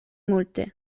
multe